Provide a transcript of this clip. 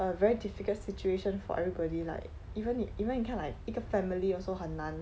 a very difficult situation for everybody like even if even 你看 like 一个 family also 很难